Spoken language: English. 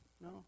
No